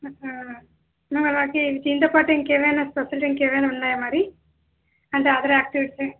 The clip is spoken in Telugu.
మరి వాళ్లకి దీనితోపాటు ఇంకేమైనా ప్రొసీడింగ్ కి ఏమైనా ఉన్నాయా మరి అంటే అదర్ ఆక్టివిటీస్